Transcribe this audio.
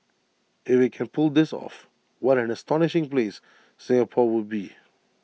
if IT can pull this off what an astonishing place Singapore would be